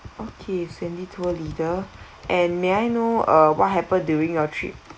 okay sandy tour leader and may I know uh what happened during your trip